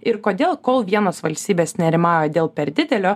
ir kodėl kol vienos valstybės nerimauja dėl per didelio